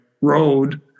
road